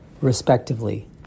respectively